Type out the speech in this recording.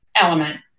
element